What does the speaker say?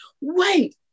wait